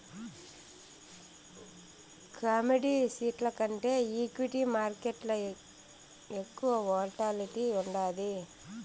కమోడిటీస్ల కంటే ఈక్విటీ మార్కేట్లల ఎక్కువ వోల్టాలిటీ ఉండాది